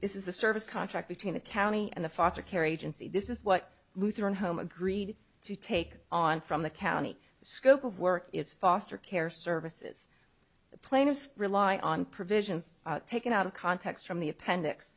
work is a service contract between the county and the foster care agency this is what lutheran home agreed to take on from the county the scope of work is foster care services the plaintiffs rely on provisions taken out of context from the appendix